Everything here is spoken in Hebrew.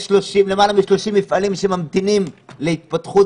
יש למעלה מ-30 מפעלים שממתינים להתפתחות